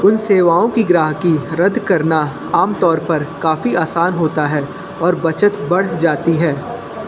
उन सेवाओं की ग्राहकी रद्द करना आम तौर पर काफी आसान होता है और बचत बढ़ जाती है